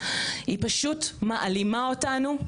היא פשוט מעלימה אותנו,